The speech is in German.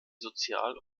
sozial